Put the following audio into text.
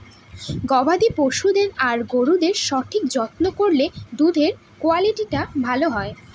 গবাদি পশুদের আর গরুদের সঠিক যত্ন করলে দুধের কুয়ালিটি ভালো হয়